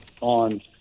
on